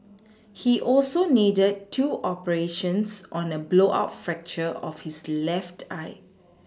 he also needed two operations on a blowout fracture of his left eye